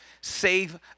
Save